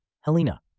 Helena